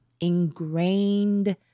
ingrained